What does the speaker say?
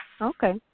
Okay